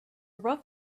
rough